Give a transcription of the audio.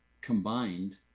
combined